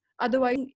Otherwise